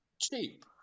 cheap